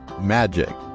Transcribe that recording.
Magic